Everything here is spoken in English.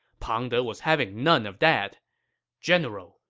pang de was having none of that general,